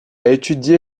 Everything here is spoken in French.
étudié